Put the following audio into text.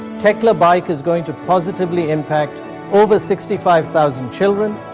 techlabike is going to positively impact over sixty five thousand children,